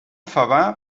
favar